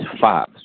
five